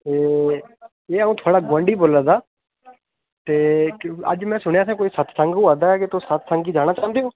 एह् अ'ऊं थुआढ़ा गुआंढी बोलै दा ते अज्ज मैं सुनेआ हां कोई सत्संग होआ दा ऐ तुस सत्संग गी जाना चांह्दे ओ